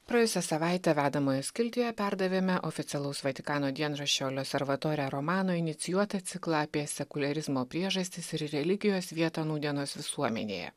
praėjusią savaitę vedamojo skiltyje perdavėme oficialaus vatikano dienraščio la salvatore romano inicijuotą ciklą apie sekuliarizmo priežastis ir religijos vietą nūdienos visuomenėje